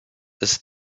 ist